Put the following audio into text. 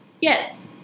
Yes